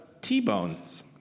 T-bones